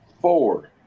Four